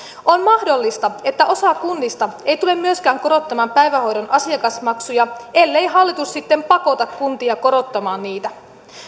on mahdollista että osa kunnista ei tule myöskään korottamaan päivähoidon asiakasmaksuja ellei hallitus sitten pakota kuntia korottamaan niitä